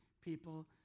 people